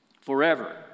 forever